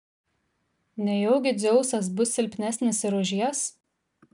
nejaugi dzeusas bus silpnesnis ir už jas